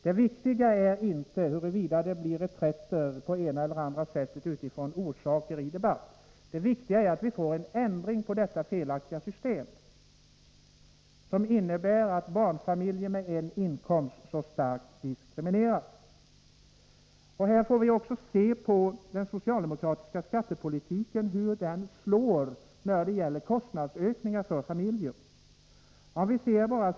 Det viktiga är inte huruvida det blir reträtter på det ena eller det andra sättet på grund av vad som har sagts i debatten; det viktiga är att vi får en ändring i detta felaktiga system, vilket innebär att barnfamiljer med en inkomst så starkt diskrimineras. I detta sammahang får vi också se på hur den socialdemokratiska skattepolitiken slår när det gäller kostnadsökningar för familjer.